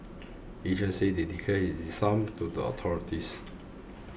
agents say they declare this sum to the authorities